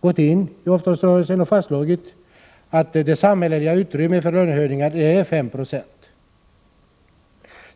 gått in i avtalsrörelsen och fastslagit att det samhälleliga utrymmet för lönehöjningar är 5 70.